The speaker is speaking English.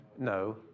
No